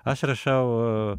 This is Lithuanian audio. aš rašau